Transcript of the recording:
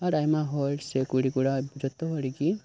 ᱟᱨ ᱟᱭᱢᱟ ᱦᱚᱲ ᱥᱮ ᱠᱩᱲᱤ ᱠᱚᱲᱟ ᱡᱚᱛᱚ ᱦᱚᱲ ᱜᱮ